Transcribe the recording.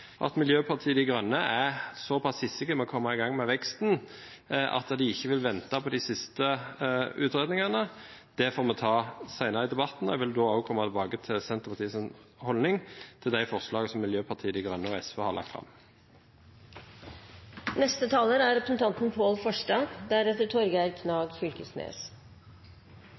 at Miljøpartiet De Grønne er så pass hissig etter å komme i gang med veksten at de ikke vil vente på de siste utredningene. Det får vi ta senere i debatten, og jeg vil da også komme tilbake til Senterpartiets holdning til de forslagene som Miljøpartiet De Grønne og SV har lagt fram.